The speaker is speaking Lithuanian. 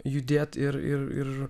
judėt ir ir ir